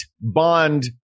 bond